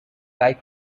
like